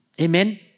Amen